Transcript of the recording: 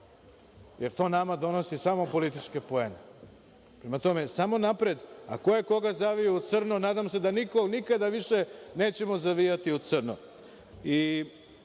jer to nama donosi samo političke poene. Prema tome, samo napred, a ko je koga zavio u crno, nadamo se da nikom nikada više nećemo zavijati u crno.